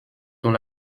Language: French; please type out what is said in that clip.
dont